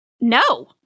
No